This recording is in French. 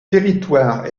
territoire